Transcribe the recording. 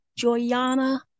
Joyana